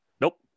Nope